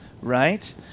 right